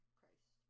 Christ